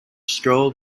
stroll